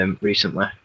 recently